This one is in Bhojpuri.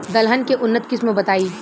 दलहन के उन्नत किस्म बताई?